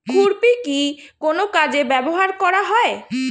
খুরপি কি কোন কাজে ব্যবহার করা হয়?